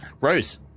Rose